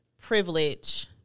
privilege